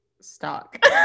stock